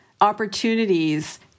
opportunities